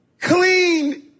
clean